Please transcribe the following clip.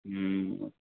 ह्म्म